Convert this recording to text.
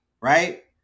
right